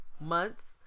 months